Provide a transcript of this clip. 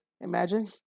Imagine